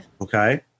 Okay